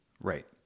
Right